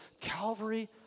Calvary